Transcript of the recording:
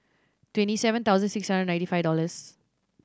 twenty seven thousand six hundred and ninety five dollors